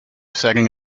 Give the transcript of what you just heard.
setting